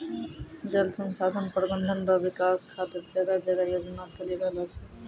जल संसाधन प्रबंधन रो विकास खातीर जगह जगह योजना चलि रहलो छै